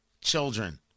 children